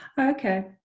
Okay